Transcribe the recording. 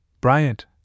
Bryant